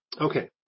Okay